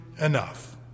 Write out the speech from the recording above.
enough